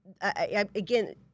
again